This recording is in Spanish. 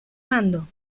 mando